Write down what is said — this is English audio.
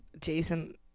Jason